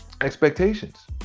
expectations